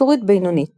סורית בינונית